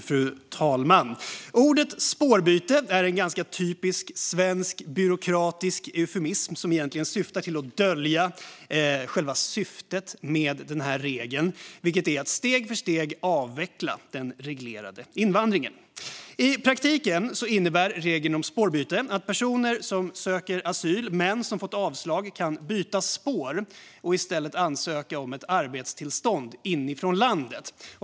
Fru talman! Ordet "spårbyte" är en ganska typisk svensk byråkratisk eufemism som egentligen syftar till att dölja själva syftet med den här regeln, vilket är att steg för steg avveckla den reglerade invandringen. I praktiken innebär regeln om spårbyte att personer som söker asyl men får avslag kan byta spår och i stället ansöka om ett arbetstillstånd inifrån landet.